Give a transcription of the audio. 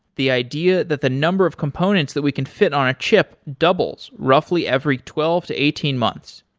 the idea that the number of components that we can fit on a chip doubles roughly every twelve to eighteen months.